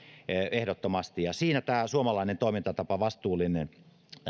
ehdottomasti ja siinä tämä suomalainen toimintatapa vastuullinen